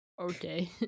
Okay